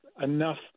enough